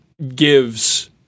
gives